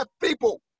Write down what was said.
people